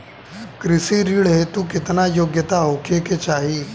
कृषि ऋण हेतू केतना योग्यता होखे के चाहीं?